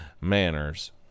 manners